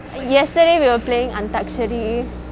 yesterday we were playing antakshari